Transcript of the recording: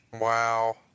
Wow